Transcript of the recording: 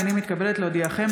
הינני מתכבדת להודיעכם,